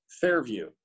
fairview